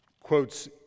quotes